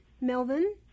Melvin